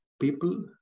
People